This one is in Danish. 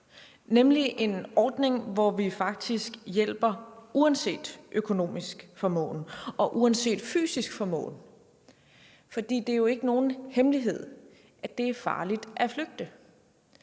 nemlig en ordning, hvor vi faktisk hjælper uanset økonomisk formåen og uanset fysisk formåen, fordi det jo ikke er nogen hemmelighed, at det er farligt at flygte.